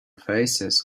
faces